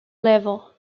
level